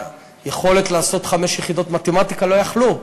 ויכולת לעשות חמש יחידות מתמטיקה לא היו יכולים,